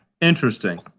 Interesting